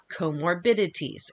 comorbidities